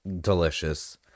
delicious